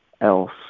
else